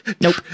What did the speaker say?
Nope